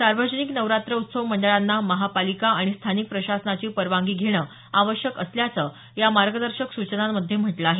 सार्वजनिक नवरात्र उत्सव मंडळांना महापालिका आणि स्थानिक प्रशासनाची परवानगी घेणं आवश्यक असल्याचं या मार्गदर्शन सूचनांमध्ये म्हटलं आहे